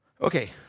Okay